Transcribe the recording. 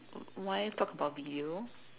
why talk about video